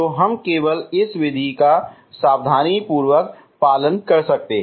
तो हम केवल इसी विधि का सावधानीपूर्वक पालन कर सकते हैं